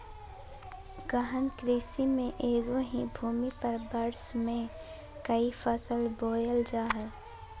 गहन कृषि में एगो ही भूमि पर वर्ष में क़ई फसल बोयल जा हइ